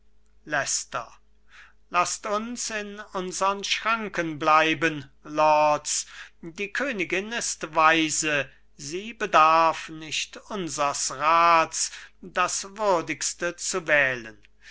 laßt uns in unsern schranken bleiben lords die königin ist weise sie bedarf nicht unsers rats das würdigste zu wählen